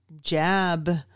jab